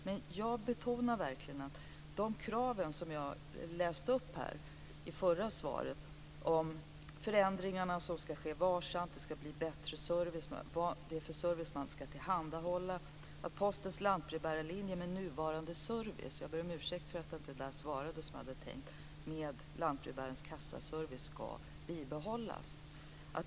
Men jag betonar verkligen de krav som jag läste upp i svaret om att förändringarna ska ske varsamt. Servicen ska bli bättre, man ska ge besked om vilken service man ska tillhandahålla och Postens lantbrevbärarlinje med nuvarande kassaservice - jag ber om ursäkt för att jag inte besvarade frågan, som jag hade tänkt - ska bibehållas.